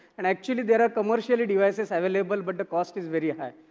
and, actually, there are commercially devices available, but the cost is very high.